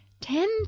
Ten